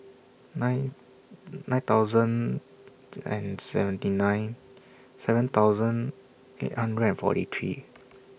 nine nine thousand and seventy nine seven thousand eight hundred and forty three